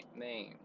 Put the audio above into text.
name